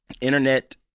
internet